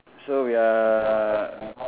so we are